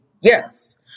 yes